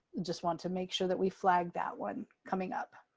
just want to make sure that we flagged that one coming up.